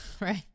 right